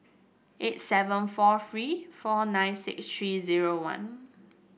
eight seven four three four nine six three zero one